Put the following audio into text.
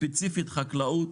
ספציפית בחקלאות